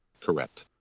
correct